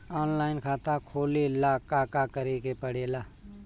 Online खाता खोले ला का का करे के पड़े ला?